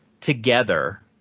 together